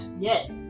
Yes